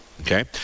Okay